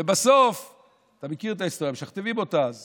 ובסוף, אתה מכיר את ההיסטוריה, משכתבים אותה, אז